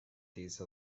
these